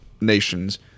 nations